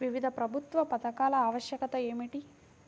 వివిధ ప్రభుత్వా పథకాల ఆవశ్యకత ఏమిటి?